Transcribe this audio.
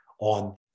on